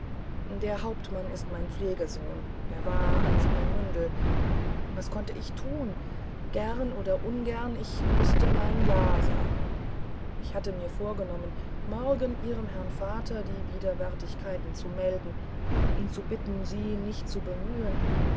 der hauptmann ist mein pflegesohn er war einst mein mündel was konnte ich tun gern oder ungern ich mußte mein ja sagen ich hatte mir vorgenommen morgen ihrem herrn vater die widerwärtigkeit zu melden ihn zu bitten sie nicht zu bemühen